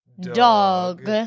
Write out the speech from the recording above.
dog